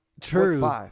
True